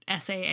saa